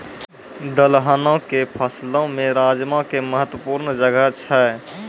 दलहनो के फसलो मे राजमा के महत्वपूर्ण जगह छै